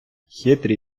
хитрі